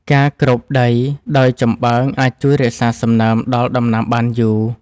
ការគ្របដីដោយចំបើងអាចជួយរក្សាសំណើមដល់ដំណាំបានយូរ។